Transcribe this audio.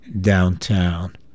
downtown